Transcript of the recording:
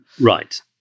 right